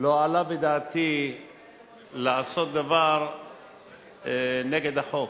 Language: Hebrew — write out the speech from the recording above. לא עלה בדעתי לעשות דבר נגד החוק.